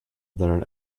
their